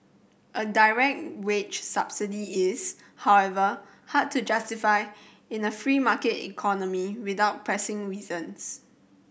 a direct wage subsidy is however hard to justify in a free market economy without pressing reasons